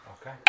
okay